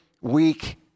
weak